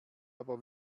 aber